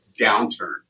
downturn